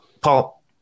Paul